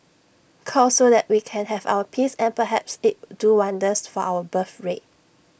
cull so that we can have our peace and perhaps it'll do wonders for our birthrate